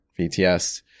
VTS